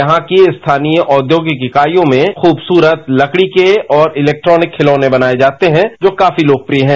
यहां की स्थानीय औद्योगिक इकाइयों में खूबसूरत लकड़ी के और इलेक्ट्रॉनिक खिलौने बनाए जाते हैं जो काफी लोकप्रिय हैं